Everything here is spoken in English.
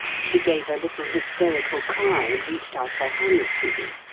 she gave a little hysterical cry and reached out her hands to him.